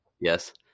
Yes